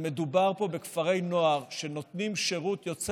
מדובר פה בכפרי נוער שנותנים שירות יוצא